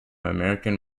american